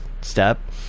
step